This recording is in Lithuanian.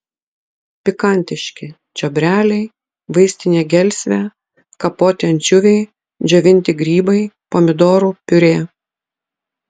pikantiški čiobreliai vaistinė gelsvė kapoti ančiuviai džiovinti grybai pomidorų piurė